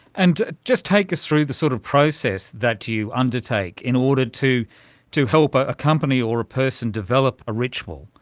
and just take us through the sort of process that you undertake in order to to help a a company or a person develop a ritual.